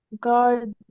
God